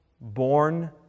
Born